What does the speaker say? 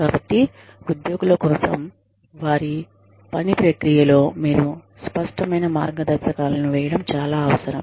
కాబట్టి ఉద్యోగుల కోసం వారి పని ప్రక్రియలో మీరు స్పష్టమైన మార్గదర్శకాలను వేయడం చాలా అవసరం